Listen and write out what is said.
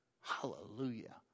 Hallelujah